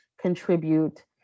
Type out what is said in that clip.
contribute